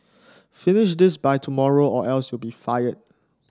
finish this by tomorrow or else you'll be fired